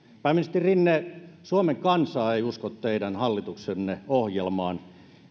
pääministeri rinne suomen kansa ei usko teidän hallituksenne ohjelmaan